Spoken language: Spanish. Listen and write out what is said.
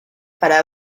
para